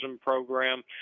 program